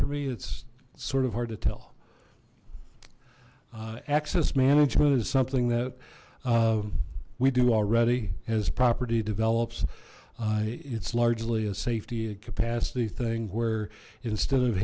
for me it's sort of hard to tell access management is something that we do already his property develops it's largely a safety a capacity thing where instead of